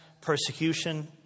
persecution